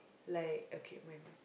like okay my